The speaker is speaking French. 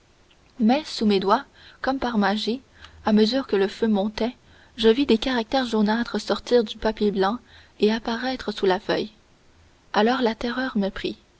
mais sous mes doigts comme par magie à mesure que le feu montait je vis des caractères jaunâtres sortir du papier blanc et apparaître sur la feuille alors la terreur me prit